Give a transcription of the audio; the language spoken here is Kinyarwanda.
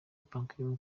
pacquiao